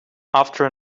after